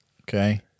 Okay